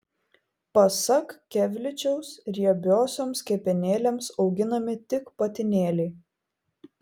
pasak kevličiaus riebiosioms kepenėlėms auginami tik patinėliai